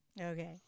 Okay